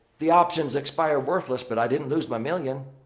the options expire worthless but i didn't lose my million.